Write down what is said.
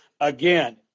again